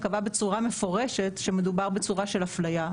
קבע בצורה מפורשת שמדובר בצורה של אפליה.